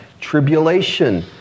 tribulation